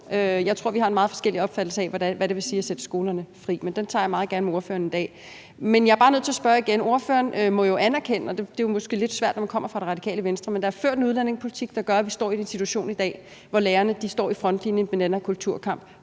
Jeg tror, vi har en meget forskellig opfattelse af, hvad det vil sige at sætte skolerne fri, men den tager jeg meget gerne med ordføreren en dag. Men jeg er bare nødt til at spørge om det igen, for ordføreren må jo anerkende – det er måske lidt svært, når man kommer fra Radikale Venstre – at der er ført en udlændingepolitik, der gør, at vi står i den situation i dag, hvor lærerne står i frontlinjen med den her kulturkamp: